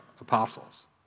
apostles